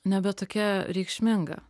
nebe tokia reikšminga